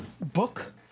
book